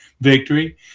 victory